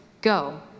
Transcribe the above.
go